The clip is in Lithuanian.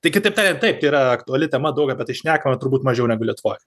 tai kitaip tariant taip tai yra aktuali tema daug apie tai šnekama turbūt mažiau negu lietuvoj